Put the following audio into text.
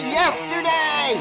yesterday